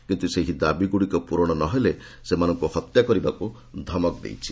କିନ୍ତୁ ସେହି ଦାବିଗୁଡ଼ିକ ପୂରଣ ନ ହେଲେ ସେମାନଙ୍କୁ ହତ୍ୟା କରିବାକୁ ଧମକ ଦେଇଛି